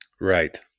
Right